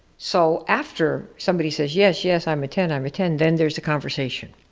so, after somebody says yes, yes, i'm a ten, i'm a ten, then there's a conversation.